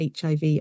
HIV